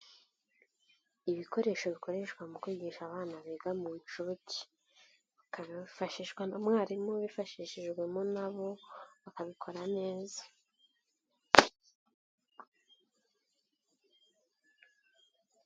Ibikoresho bikoreshwa mu kwigisha abana biga mu nshuke, bakabifashishwa na mwarimu wifashishijwemo na bo, bakabikora neza.